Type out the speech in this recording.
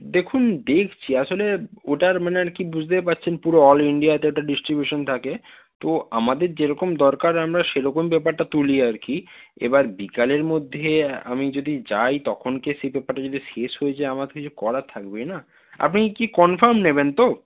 দেখুন দেখছি আসলে ওটার মানে আর কি বুঝতেই পারছেন পুরো অল ইন্ডিয়াতে ওটার ডিস্ট্রিবিউশন থাকে তো আমাদের যেরকম দরকার আমরা সেরকম পেপারটা তুলি আর কি এবার বিকেলের মধ্যে আমি যদি যাই তখনকে সেই পেপারটা যদি শেষ হয়ে যায় আমার কিছু করার থাকবে না না আপনি কি কনফার্ম নেবেন তো